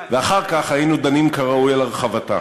ואחר כך היינו דנים כראוי על הרחבתה.